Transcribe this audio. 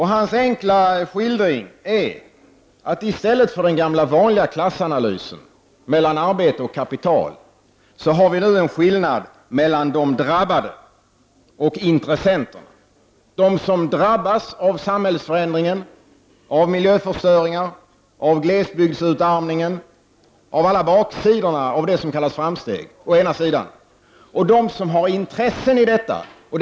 Hans enkla skildring är att i stället för den gamla vanliga klasskillnaden mellan arbete och kapital har vi nu en skillnad mellan de drabbade och intressenterna, mellan dem som drabbas av samhällsförändringen, av miljöförstöringen, av glesbygdsutarmningen och alla baksidor av det som kallas framsteg å ena sidan och dem som har intressen i detta å den andra.